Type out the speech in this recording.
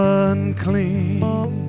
unclean